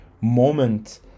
moment